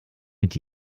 mit